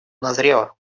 назрела